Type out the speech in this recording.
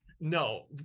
No